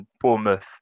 Bournemouth